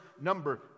number